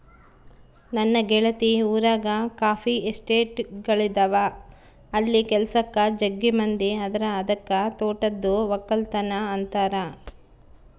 ನನ್ನ ಗೆಳತಿ ಊರಗ ಕಾಫಿ ಎಸ್ಟೇಟ್ಗಳಿದವ ಅಲ್ಲಿ ಕೆಲಸಕ್ಕ ಜಗ್ಗಿ ಮಂದಿ ಅದರ ಅದಕ್ಕ ತೋಟದ್ದು ವಕ್ಕಲತನ ಅಂತಾರ